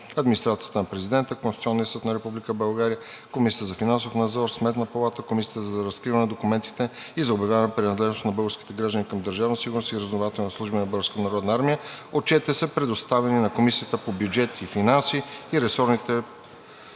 администрацията на президента, Конституционния съд на Република България, Комисията за финансов надзор, Сметната палата, Комисията за разкриване на документите и за обявяване на принадлежност на българските граждани към „Държавна сигурност“ и разузнавателните служби на Българската народна армия. Отчетите са предоставени на Комисията по бюджет и финанси и ресорните